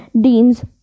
Dean's